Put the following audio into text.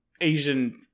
Asian